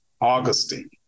Augustine